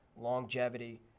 longevity